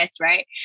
right